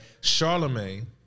Charlemagne